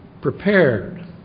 prepared